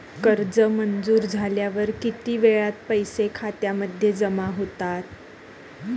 कर्ज मंजूर झाल्यावर किती वेळात पैसे खात्यामध्ये जमा होतात?